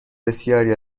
بسیاری